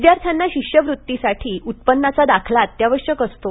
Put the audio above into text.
विद्यार्थ्यांना शिष्यवृत्तीसाठी उत्पन्नाचा दाखला अत्यावश्यक असतो